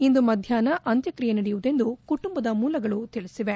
ಇಂದು ಮಧ್ಯಾಹ್ನ ಅಂತ್ಯಕ್ರಿಯೆ ನಡೆಯುವುದೆಂದು ಕುಟುಂಬದ ಮೂಲಗಳು ತಿಳಿಸಿವೆ